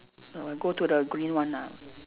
err go to the green one ah